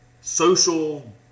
social